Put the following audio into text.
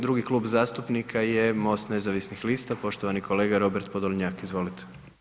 Drugi Klub zastupnika je Most nezavisnih lista, poštovani kolega Robert Podolnjak, izvolite.